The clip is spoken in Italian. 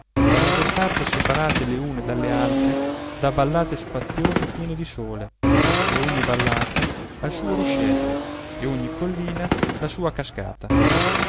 la maggior parte separate le une dalle altre da vallate spaziose piene di sole e ogni vallata ha il suo ruscello e ogni collina la sua cascata